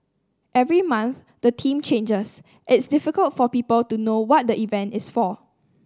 every month the theme changes it's difficult for people to know what the event is for